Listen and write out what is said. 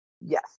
yes